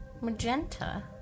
magenta